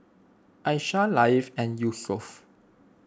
Aishah Latif and Yusuf